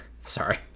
Sorry